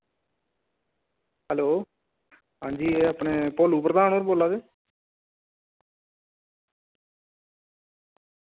hello अंजी एह् अपने कोह्ली प्रधान होर बोल्ला दे